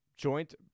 joint